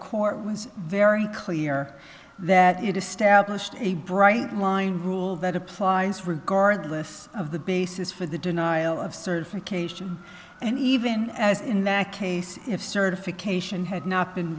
court was very clear that it established a bright line rule that applies regardless of the basis for the denial of certification and even as in that case if certification had not been